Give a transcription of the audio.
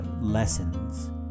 lessons